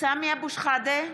סמי אבו שחאדה,